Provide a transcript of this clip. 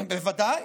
בוודאי.